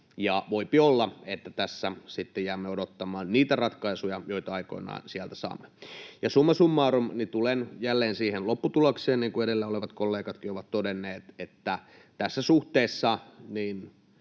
voipi olla, että tässä sitten jäämme odottamaan niitä ratkaisuja, joita aikoinaan sieltä saamme. Summa summarum tulen jälleen siihen lopputulokseen, niin kuin edellä olevat kollegatkin ovat todenneet, että tässä suhteessa